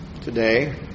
today